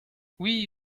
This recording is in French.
oui